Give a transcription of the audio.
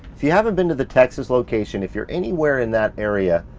if you haven't been to the texas location, if you're anywhere in that area,